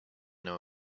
know